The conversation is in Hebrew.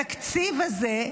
התקציב הזה,